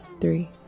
three